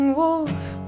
wolf